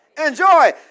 enjoy